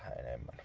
and um